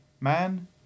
man